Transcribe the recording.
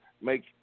make